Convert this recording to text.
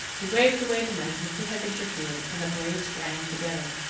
he waved away the men who would have interfered, and the blades rang together.